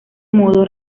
modo